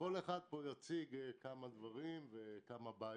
כל אחד פה יציג כמה דברים ובעיות.